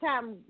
time